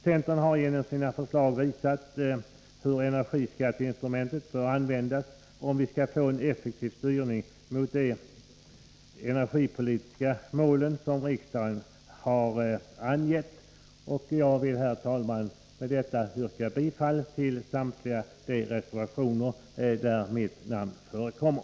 Centern har genom sina förslag visat hur energiskatteinstrumentet bör användas om vi skall få en effektiv styrning mot de energipolitiska mål som riksdagen har angett. Jag ber, herr talman, med detta att få yrka bifall till samtliga de reservationer där mitt namn förekommer.